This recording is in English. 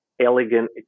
elegant